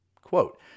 Quote